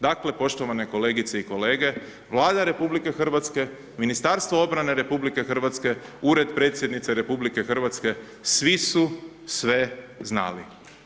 Dakle poštovane kolegice i kolege, Vlada RH, Ministarstvo obrane RH, Ured Predsjednice RH, svi su sve znali.